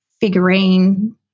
figurine